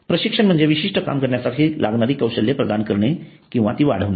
प्रशिक्षण म्हणजे विशिष्ट काम करण्यासाठी लागणारी कौशल्ये प्रदान करणे किंवा वाढवणे